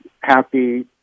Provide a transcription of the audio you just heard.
happy